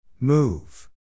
Move